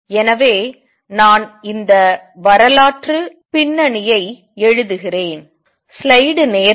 எனவே நான் இந்த வரலாற்றுப் பின்னணியை எழுதுகிறேன்